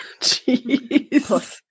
jeez